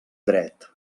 dret